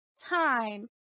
time